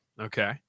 Okay